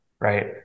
right